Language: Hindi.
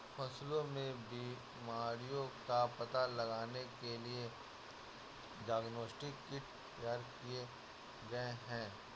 फसलों में बीमारियों का पता लगाने के लिए डायग्नोस्टिक किट तैयार किए गए हैं